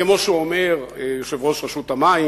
כמו שאומר יושב-ראש רשות המים,